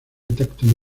tacto